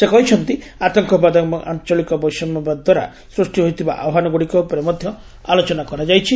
ସେ କହିଛନ୍ତି ଯେ ଆତଙ୍କବାଦ ଏବଂ ଆଂଚଳିକ ବୈଷମ୍ୟବାଦ ଦ୍ୱାରା ସୃଷ୍ଟି ହୋଇଥିବା ଆହ୍ପାନନଗୁଡ଼ିକ ଉପରେ ମଧ୍ୟ ଆଲୋଚନା କରାଯାଇଛି